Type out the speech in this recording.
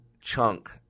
chunk